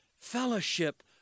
fellowship